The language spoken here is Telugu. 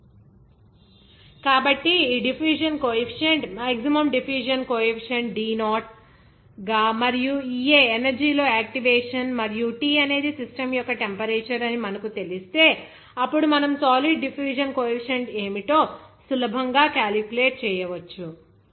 DD0 e EART కాబట్టి ఈ diffusion coefficient maximum diffusion coefficient D0 గా మరియు EA ఎనర్జీ లో యాక్టివేషన్ మరియు T అనేది సిస్టమ్ యొక్క టెంపరేచర్ అని మనకు తెలిస్తే అప్పుడు మనము సాలిడ్ డిఫ్యూషన్ కోఎఫిషిఎంట్ ఏమిటో సులభంగా క్యాలిక్యులేట్ చేయవచ్చు